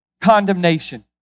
condemnation